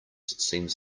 seems